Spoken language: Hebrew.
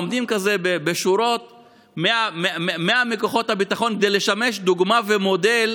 עומדים בשורות 100 מכוחות הביטחון כדי לשמש דוגמה ומודל